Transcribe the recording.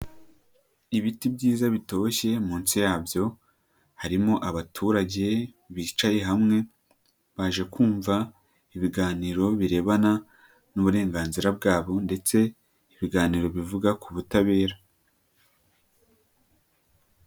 Ibiti byiza bitoshye, munsi yabyo harimo abaturage bicaye hamwe, baje kumva ibiganiro birebana n' uburenganzira bwabo ndetse ibiganiro bivuga ku butabera.